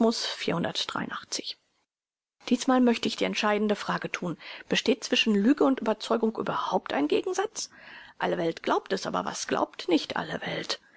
diesmal möchte ich die entscheidende frage thun besteht zwischen lüge und überzeugung überhaupt ein gegensatz alle welt glaubt es aber was glaubt nicht alle welt